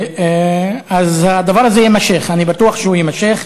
אז הדבר הזה יימשך, אני בטוח שהוא יימשך.